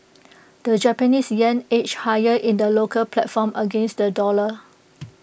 the Japanese Yen edged higher in the local platform against the dollar